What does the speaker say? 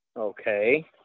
Okay